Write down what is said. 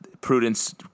Prudence